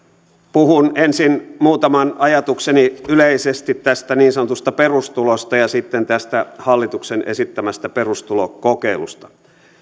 puhun ensin muutaman ajatukseni yleisesti tästä niin sanotusta perustulosta ja sitten hallituksen esittämästä perustulokokeilusta